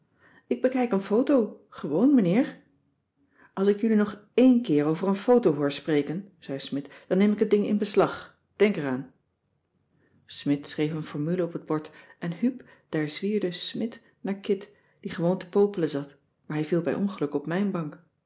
bekijk een foto gewoon meneer als ik jullie nu nog eén keer over een foto hoor spreken zei smidt dan neem ik het ding in beslag denk er aan cissy van marxveldt de h b s tijd van joop ter heul smidt schreef een formule op het bord en huup daar zwierde smidt naar kit die gewoon te popelen zat maar hij viel bij ongeluk op mijn bank